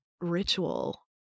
ritual